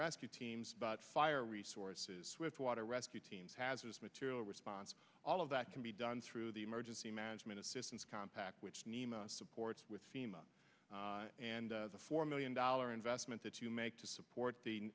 rescue teams but fire resources with water rescue teams hazardous material response all of that can be done through the emergency management assistance compact which supports thema and the four million dollar investment that you make to support the